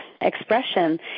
expression